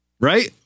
Right